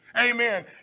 Amen